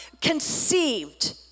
conceived